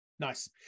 Nice